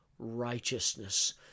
righteousness